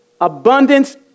abundance